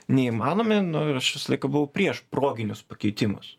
neįmanomi nu ir aš visą laiką buvau prieš proginius pakeitimus